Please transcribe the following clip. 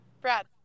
Brad